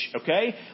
Okay